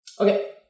Okay